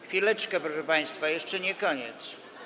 Chwileczkę, proszę państwa, to jeszcze nie koniec.